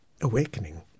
awakening